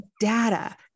Data